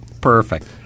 Perfect